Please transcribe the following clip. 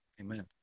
Amen